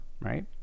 right